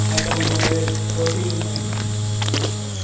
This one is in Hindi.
मैडम वह है दो तीन मैडम है